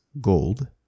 gold